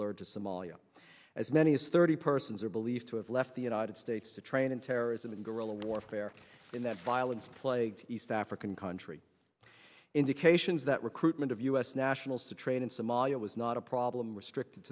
lured to somalia as many as thirty persons are believed to have left the united states to train in terrorism and guerrilla warfare in that violence plagued east african country indications that recruitment of u s nationals to train in somalia was not a problem restricted